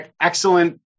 excellent